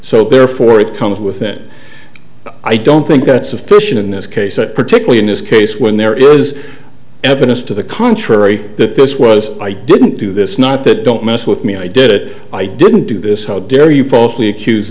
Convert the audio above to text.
so therefore it comes with it i don't think that's sufficient in this case that particularly in this case when there is evidence to the contrary that this was i didn't do this not the don't mess with me i did it i didn't do this how dare you falsely accuse